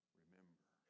remember